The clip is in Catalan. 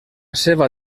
seva